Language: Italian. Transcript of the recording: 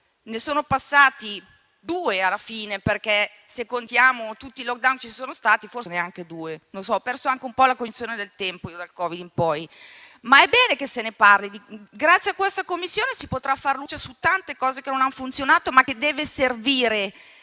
ne sono passati due o forse anche meno, se contiamo tutti i *lockdown* che ci sono stati. Non so, ho perso anche un po' la cognizione del tempo dal Covid in poi. Ma è bene che se ne parli e grazie a questa Commissione si potrà far luce su tante cose che non hanno funzionato. Ciò deve servire